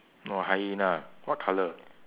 or a hyena what colour